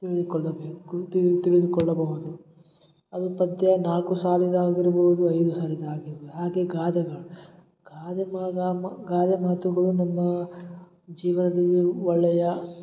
ತಿಳಿದುಕೊಳ್ಳಬೇಕು ತಿಳಿದು ತಿಳಿದುಕೊಳ್ಳಬಹುದು ಅದು ಪದ್ಯ ನಾಲ್ಕು ಸಾಲಿನದಾಗಿರಬಹುದು ಐದು ಸಾರಿನದಾಗಿರಬಹುದು ಹಾಗೆ ಗಾದೆಗಳು ಗಾದೆ ಮಾಗಮ ಗಾದೆ ಮಾತುಗಳು ನಮ್ಮ ಜೀವನದಲ್ಲಿ ಒಳ್ಳೆಯ